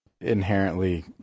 inherently